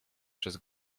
przez